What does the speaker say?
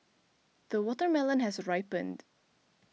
the watermelon has ripened